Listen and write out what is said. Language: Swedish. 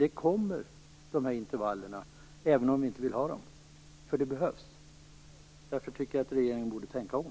De kommer med dessa intervaller även om vi inte vill ha dem därför att de behövs. Därför borde regeringen tänka om.